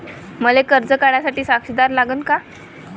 मले कर्ज काढा साठी साक्षीदार लागन का?